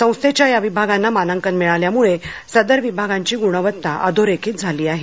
संस्थेच्या या विभागांना मानांकन मिळाल्या मुळे सदर विभागांची गुणवत्ता अधोरेखित झाली आहे